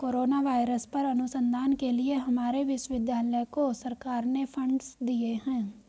corona virus पर अनुसंधान के लिए हमारे विश्वविद्यालय को सरकार ने फंडस दिए हैं